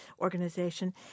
organization